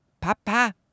Papa